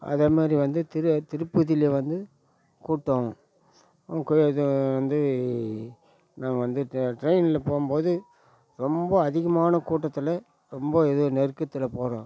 அதே மாதிரி வந்து திரு திருப்பதியில் வந்து கூட்டம் இது வந்து நான் வந்து ட்ரெ ட்ரெயினில் போகும்போது ரொம்ப அதிகமான கூட்டத்தில் ரொம்ப இது நெருக்கத்தில் போகிறோம்